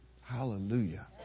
Hallelujah